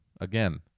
Again